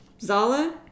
Zala